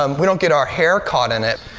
um we don't get our hair caught in it,